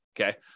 okay